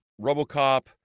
RoboCop